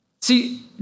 See